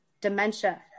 dementia